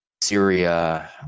Syria